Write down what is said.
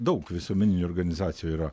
daug visuomeninių organizacijų yra